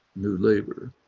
new labour,